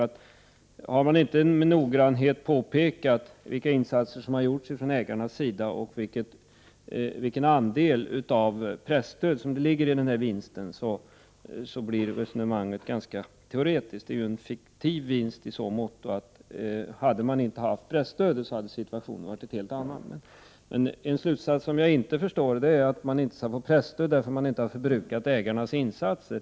Men har man inte med noggrannhet påpekat vilka insatser som gjorts från ägarnas sida och vilken andel av presstödet som ligger i denna vinst, blir resonemanget ganska teoretiskt. Det är ju en fiktiv vinst i så måtto att situationen hade varit en helt annan om man inte hade haft presstödet. En slutsats som jag inte förstår är att man inte skall få presstöd om man inte har förbrukat ägarnas insatser.